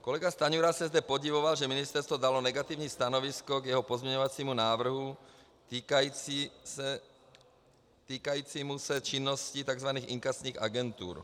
Kolega Stanjura se zde podivoval, že ministerstvo dalo negativní stanovisko k jeho pozměňovacímu návrhu týkajícímu se činnosti takzvaných inkasních agentur.